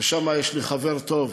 שם יש לי חבר טוב,